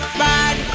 bad